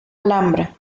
alhambra